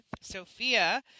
Sophia